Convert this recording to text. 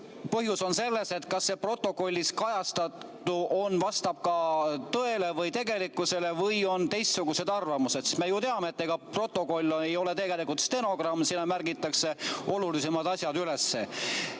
Põhjus on selles, kas protokollis kajastatu vastab tõele või tegelikkusele või on teistsuguseid arvamusi, sest me ju teame, et protokoll ei ole stenogramm, sinna märgitakse olulisemad asjad üles.